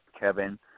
Kevin